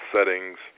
settings